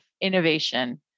innovation